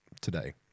today